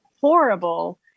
horrible